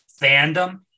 fandom